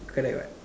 correct what